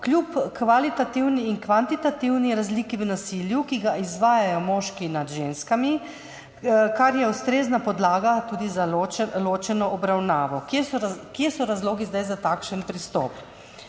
kljub kvalitativni in kvantitativni razliki v nasilju, ki ga izvajajo moški nad ženskami, kar je tudi ustrezna podlaga za ločeno obravnavo? Kaj so razlogi za takšen pristop?